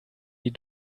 die